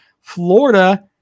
Florida